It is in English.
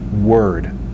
word